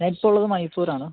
ഞാൻ ഇപ്പോൾ ഒള്ളത് മൈസൂരാണ്